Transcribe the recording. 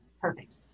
Perfect